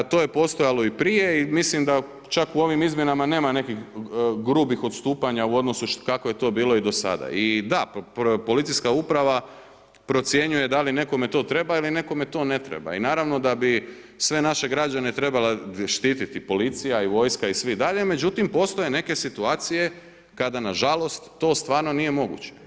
To je postojalo i prije i mislim da čak u ovim izmjenama nema nekih grubih odstupanja u odnosu kako je to bilo i dosada i da, policijska uprava procjenjuje da li nekome to treba ili nekome to ne treba i naravno da bi sve naše građane trebala štititi policija i vojska i svi dalje međutim, postoje neke situacije kada nažalost to stvarno nije moguće.